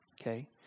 Okay